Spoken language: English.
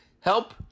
Help